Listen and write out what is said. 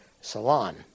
Salon